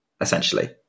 essentially